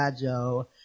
Joe